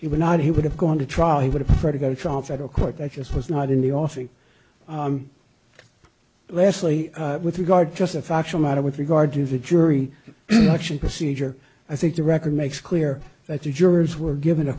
he would not he would have gone to trial he would have preferred to go to trial federal court i just was not in the offing lastly with regard to just a factual matter with regard to the jury action procedure i think the record makes clear that the jurors were given a